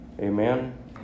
Amen